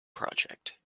project